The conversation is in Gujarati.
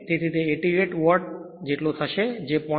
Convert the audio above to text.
તેથી તે 88 વોટ જેટલો થશે જે 0